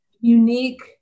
unique